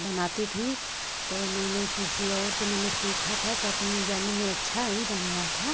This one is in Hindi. बनाती थी तो मैंने किसी और से मैंने सीखा था तो अपने जानने में अच्छा ही बनाया था